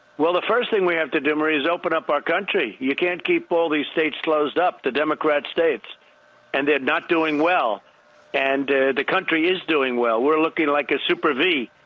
well, the first thing we have to do is open up our country. you can't keep all these seats closed up, the democrat states and they're not doing well and the country is doing well. we're looking like a super v.